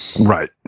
Right